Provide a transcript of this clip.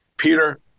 Peter